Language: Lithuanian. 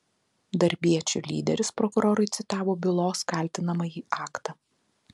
darbiečių lyderis prokurorui citavo bylos kaltinamąjį aktą